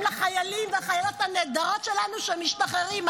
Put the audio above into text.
לחיילים ולחיילות הנהדרות שלנו כשהם משתחררים.